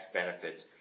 benefits